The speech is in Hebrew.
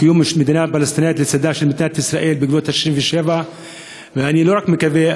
לקיום מדינה פלסטינית לצד מדינת ישראל בגבולות 67'. אני לא רק מקווה,